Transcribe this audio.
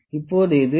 இப்போது இது 0